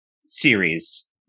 series